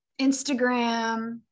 Instagram